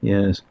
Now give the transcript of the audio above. Yes